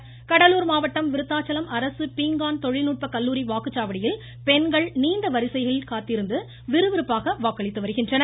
கடலூர் கடலா் மாவட்டம் விருதாச்சலம் அரசு பீங்கான் தொழில்நுட்ப கல்லூரி வாக்குச்சாவடியில் பெண்கள் நீண்ட வரிசைகளில் காத்திருந்து விறுவிறுப்பாக வாக்களித்து வருகின்றனர்